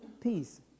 peace